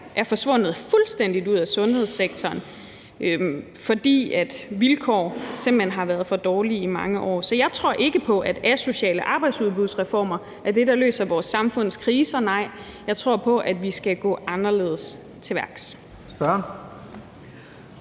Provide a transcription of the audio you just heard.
er forsvundet fuldstændig ud af sundhedssektoren, fordi vilkårene simpelt hen har været for dårlige i mange år. Så jeg tror ikke på, at asociale arbejdsudbudsreformer er det, der løser vores samfunds kriser. Nej, jeg tror på, at vi skal gå anderledes til værks.